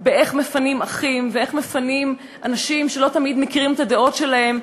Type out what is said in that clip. איך מפנים אחים ואיך מפנים אנשים שלא תמיד מכירים את הדעות שלהם,